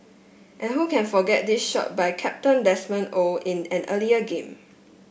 and who can forget this shot by captain Desmond Oh in an earlier game